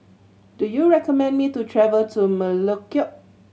do you recommend me to travel to Melekeok